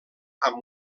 amb